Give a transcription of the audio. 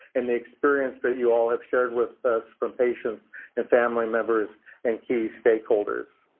and the experience that you all have shared with us from patients and family members and key stakeholders.